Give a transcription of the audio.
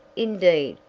indeed,